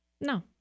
No